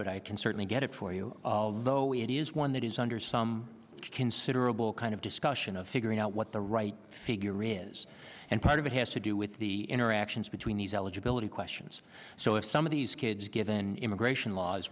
but i can certainly get it for you though it is one that is under some considerable kind of discussion of figuring out what the right figure is and part of it has to do with the interactions between these eligibility questions so if some of these kids given immigration laws